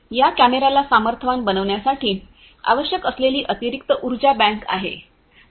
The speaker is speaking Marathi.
या कॅमेर्याला सामर्थ्यवान बनविण्यासाठी आवश्यक असलेली अतिरिक्त उर्जा बँक आहे